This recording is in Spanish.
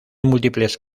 múltiples